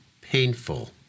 painful